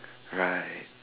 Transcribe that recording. right